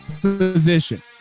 Position